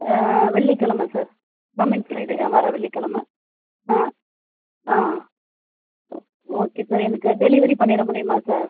ஆ வெள்ளிகெழமை sir coming Friday வர வெள்ளிக்கெழமை ஆ ஆ ஓகே சார் எனக்கு டெலிவரி பண்ணிட முடியுமா சார்